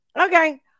Okay